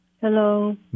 Hello